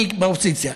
אני באופוזיציה.